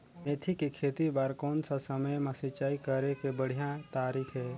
मेथी के खेती बार कोन सा समय मां सिंचाई करे के बढ़िया तारीक हे?